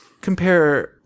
compare